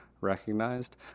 recognized